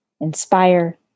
inspire